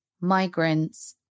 migrants